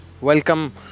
welcome